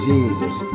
Jesus